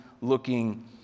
looking